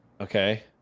Okay